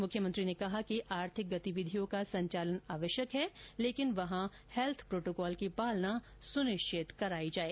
मुख्यमंत्री ने कहा कि आर्थिक गतिविधियों का संचालन आवश्यक है लेकिन वहां हैल्थ प्रोटोकॉल की पालना सुनिश्चित कराई जाए